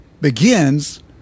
begins